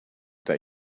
that